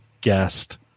guest